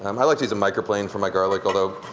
um i like to use a microplane for my garlic, although